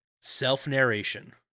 Self-narration